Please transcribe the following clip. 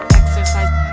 exercise